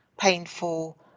painful